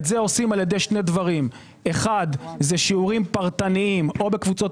את זה עושים על ידי שני דברים - אחד זה שיעורים פרטניים או בקבוצות